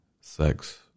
sex